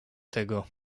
tego